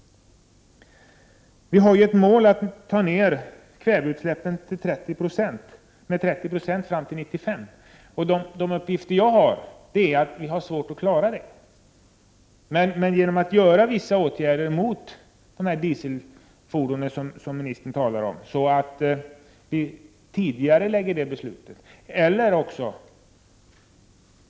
Vårt mål är att man skall kunna minska kväveutsläppen med 30 96 fram till 1995. Enligt uppgifter jag har fått kommer vi att få svårt att klara det målet. Vi har dock möjlighet att nå 30-procentsmålet om vi — som ministern talade om -— tidigarelägger beslutet och vidtar vissa åtgärder när det gäller dieselfordonen.